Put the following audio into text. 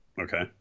Okay